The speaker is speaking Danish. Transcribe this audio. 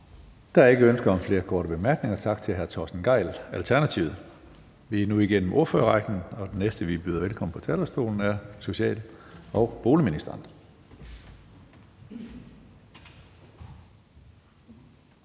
Der er ikke ønske om flere korte bemærkninger. Tak til hr. Torsten Gejl, Alternativet. Vi er nu igennem ordførerrækken, og den næste, vi byder velkommen på talerstolen, er social- og boligministeren.